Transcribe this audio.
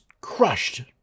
crushed